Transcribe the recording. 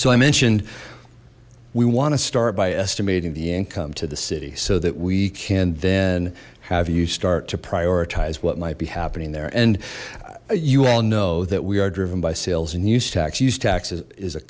so i mentioned we want to start by estimating the income to the city so that we can then have you start to prioritize what might be happening there and you all know that we are driven by sales and use tax use taxes is a